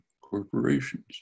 corporations